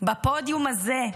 על הפודיום הזה,